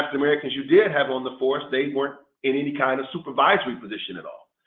americans you did have on the force, they weren't in any kind of supervisory position at all.